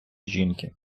жінки